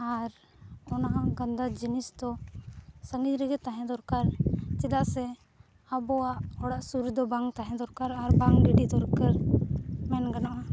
ᱟᱨ ᱚᱱᱟᱦᱚᱸ ᱜᱟᱱᱫᱟ ᱡᱤᱱᱤᱥᱫᱚ ᱥᱟᱺᱜᱤᱧ ᱨᱮᱜᱮ ᱛᱟᱦᱮᱸ ᱫᱚᱨᱠᱟᱨ ᱪᱮᱫᱟᱜ ᱥᱮ ᱟᱵᱚᱣᱟᱜ ᱚᱲᱟᱜ ᱥᱩᱨ ᱨᱮᱫᱚ ᱵᱟᱝ ᱛᱟᱦᱮᱸ ᱫᱚᱨᱠᱟᱨ ᱟᱨ ᱵᱟᱝ ᱜᱤᱰᱤ ᱫᱚᱨᱠᱟᱨ ᱢᱮᱱ ᱜᱟᱱᱚᱜᱼᱟ